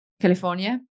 California